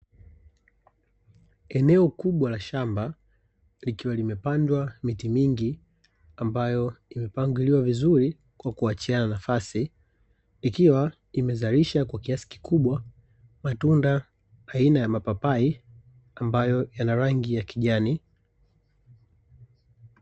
Eneo kubwa la shamba likiwa limepandwa miti mingi ambayo imepangiliwa vizuri kwa kuachiana nafasi, ikiwa imezalisha kwa kiasi kikubwa matunda aina ya mapapai ambayo yana rangi ya kijani.